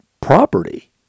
property